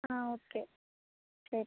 ആ ഓക്കെ ശരി